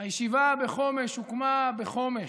הישיבה בחומש הוקמה בחומש,